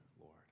Lord